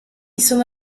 sono